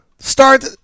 Start